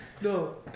No